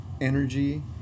energy